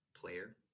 player